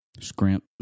Scrimp